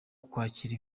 kwakira